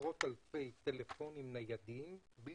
עשרות אלפי טלפונים ניידים,